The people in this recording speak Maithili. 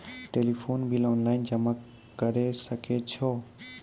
टेलीफोन बिल ऑनलाइन जमा करै सकै छौ?